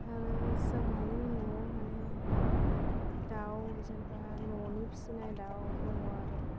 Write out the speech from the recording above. आरो जोंहानि न'वाव माने दाउ जेनेबा न'नि फिनाय दाउ दङ आरो